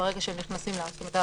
כלומר,